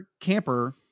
Camper